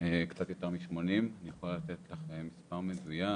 קצת יותר מ-80, אני יכול לתת לך מספר מדויק,